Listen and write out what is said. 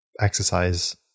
exercise